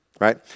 right